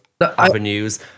avenues